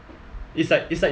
it's like it's like